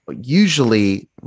usually